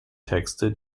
texte